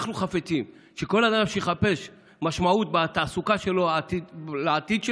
אנחנו חפצים שלכל אדם שיחפש משמעות בתעסוקה המקצועית